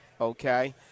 okay